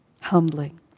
humbling